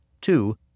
Two